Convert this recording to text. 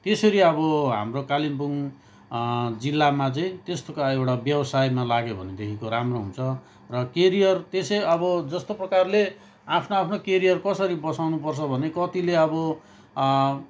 त्यसरी अब हाम्रो कालिम्पोङ जिल्लामा चाहिँ त्यस्तोका एउटा व्यवसायमा लाग्यो भनेदेखिको राम्रो हुन्छ र करियर त्यसै अब जस्तो प्रकारले आफ्नो आफ्नो करियर कसरी बसाउनुपर्छ भने कतिले अब